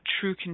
true